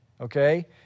okay